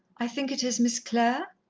i think it is miss clare?